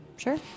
Sure